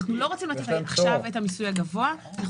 אנחנו לא רוצים להתחיל עם המיסוי הגבוה עכשיו,